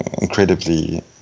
incredibly